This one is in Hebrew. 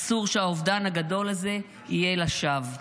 אסור שהאובדן הגדול הזה יהיה לשווא.